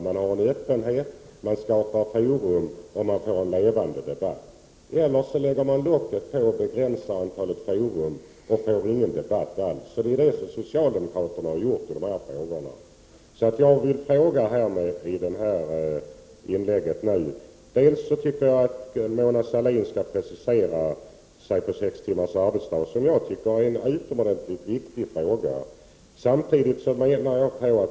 Man kan visa öppenhet och skapa en levande debatt eller också kan man lägga locket på och begränsa antalet fora och då blir det ingen debatt alls. Det är så socialdemokraterna har gjort i de här frågorna. Jag skulle vilja att Mona Sahlin preciserade sig när det gäller sex timmars arbetsdag, som jag tycker är en utomordentligt viktig fråga.